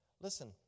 Listen